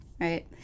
right